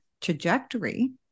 trajectory